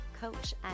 coach